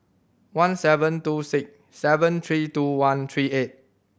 one seven two six seven three two one three eight